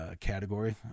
category